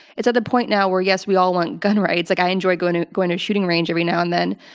it's at the point now where yes, we all want gun rights, like i enjoy going to go to and a shooting range every now and then,